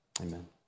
Amen